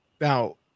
Now